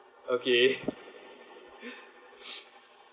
okay